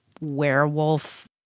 werewolf